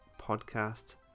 podcast